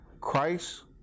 Christ